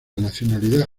nacionalidad